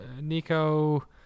nico